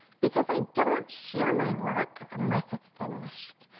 because i don't share my work unless it's finished.